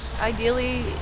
Ideally